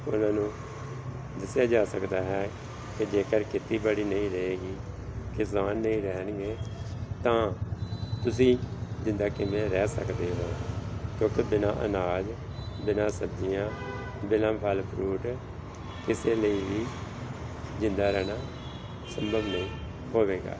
ਉਹਨਾਂ ਨੂੰ ਦੱਸਿਆ ਜਾ ਸਕਦਾ ਹੈ ਕਿ ਜੇਕਰ ਖੇਤੀਬਾੜੀ ਨਹੀਂ ਰਹੇਗੀ ਕਿਸਾਨ ਨਹੀਂ ਰਹਿਣਗੇ ਤਾਂ ਤੁਸੀਂ ਜ਼ਿੰਦਾ ਕਿਵੇਂ ਰਹਿ ਸਕਦੇ ਹੋ ਕਿਉਂਕਿ ਬਿਨਾਂ ਅਨਾਜ ਬਿਨਾਂ ਸਬਜ਼ੀਆਂ ਬਿਨਾਂ ਫਲ ਫਰੂਟ ਕਿਸੇ ਲਈ ਵੀ ਜ਼ਿੰਦਾ ਰਹਿਣਾ ਸੰਭਵ ਨਹੀਂ ਹੋਵੇਗਾ